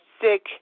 sick